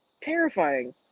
terrifying